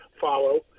follow